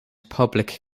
public